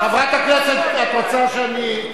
חברת הכנסת, את רוצה שאני,